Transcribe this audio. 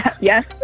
Yes